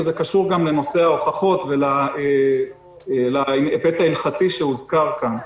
וזה קשור גם לנושא ההוכחות ולהיבט ההלכתי שהוזכר כאן.